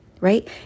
right